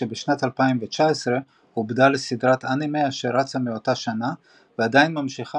כשבשנת 2019 עובדה לסדרת אנימה אשר רצה מאותה שנה ועדיין ממשיכה,